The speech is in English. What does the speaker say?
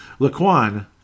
Laquan